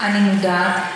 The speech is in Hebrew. אני יודעת.